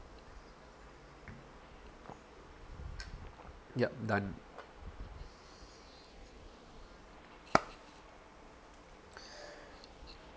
yup done